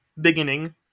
beginning